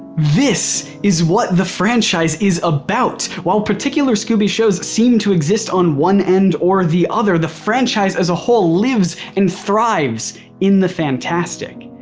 this is what the franchise is about. while particular scooby shows seemed to exist on one end or the other, the franchise as a whole lives and thrives in the fantastic.